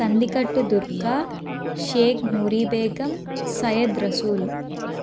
Kandikattu Durga Sheikh Noori Begum Syed Rasool